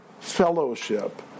fellowship